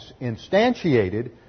instantiated